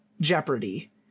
Jeopardy